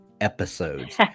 episodes